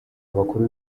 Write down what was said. abakuru